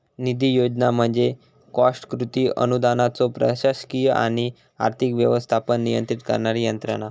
निधी योजना म्हणजे कॉस्ट कृती अनुदानाचो प्रशासकीय आणि आर्थिक व्यवस्थापन नियंत्रित करणारी यंत्रणा